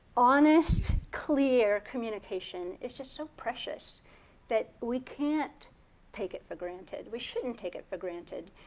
honest clear communication, it's just so precious that we can't take it for granted. we shouldn't take it for granted.